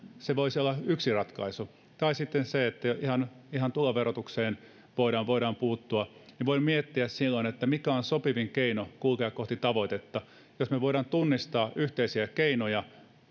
voisi olla yksi ratkaisu tai sitten se että ihan tuloverotukseen voidaan voidaan puuttua silloin voidaan miettiä mikä on sopivin keino kulkea kohti tavoitetta jos me voimme tunnistaa yhteisiä keinoja